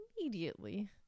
immediately